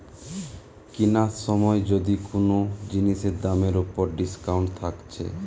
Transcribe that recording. কিনার সময় যদি কুনো জিনিসের দামের উপর ডিসকাউন্ট থাকছে